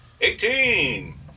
Eighteen